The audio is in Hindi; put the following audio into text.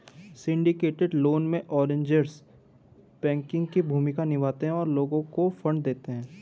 सिंडिकेटेड लोन में, अरेंजर्स बैंकिंग की भूमिका निभाते हैं और लोगों को फंड देते हैं